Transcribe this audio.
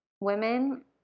women